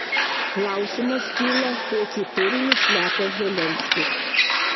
klausimas kyla kokį turinį slepia zelenskis